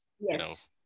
Yes